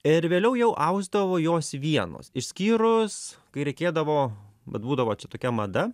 ir vėliau jau ausdavo jos vienos išskyrus kai reikėdavo vat būdavo čia tokia mada